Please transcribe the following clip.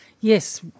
Yes